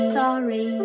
sorry